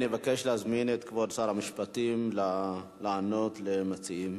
אני מבקש להזמין את כבוד שר המשפטים לענות למציעים.